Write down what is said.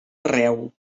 arreu